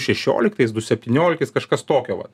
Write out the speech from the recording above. šešioliktais du septynioliktais kažkas tokia va